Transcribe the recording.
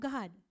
God